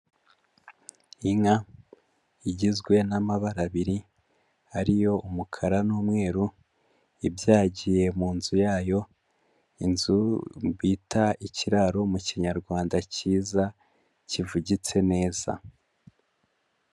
Inka igizwe n'amabara abiri, ari yo umukara n'umweru, ibyagiye mu nzu yayo, inzu bita ikiraro mu Kinyarwanda kiza, kivugitse neza.